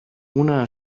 una